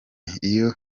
iyo